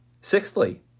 Sixthly